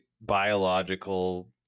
biological